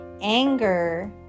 anger